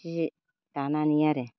सि दानानै आरो